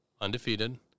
undefeated